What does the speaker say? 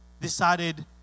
decided